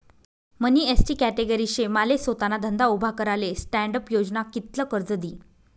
मनी ST category शे माले सोताना धंदा उभा कराले स्टॅण्डअप योजना कित्ल कर्ज दी?